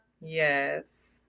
Yes